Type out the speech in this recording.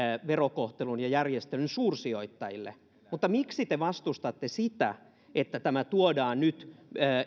verokohtelun ja järjestelyn suursijoittajille niin miksi te vastustatte sitä että tämä tuodaan nyt